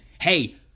Hey